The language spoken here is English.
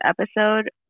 episode